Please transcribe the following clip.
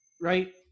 right